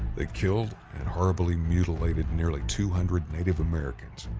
they killed and horribly mutilated nearly two hundred native americans,